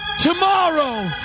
tomorrow